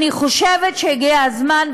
אני חושבת שהגיע הזמן,